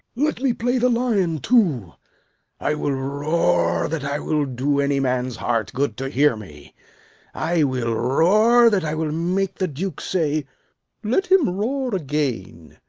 let me play the lion too. i will roar that i will do any man's heart good to hear me i will roar that i will make the duke say let him roar again,